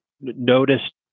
noticed